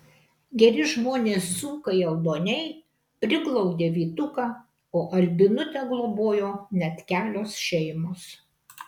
geri žmonės dzūkai aldoniai priglaudė vytuką o albinutę globojo net kelios šeimos